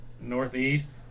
Northeast